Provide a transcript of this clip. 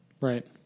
Right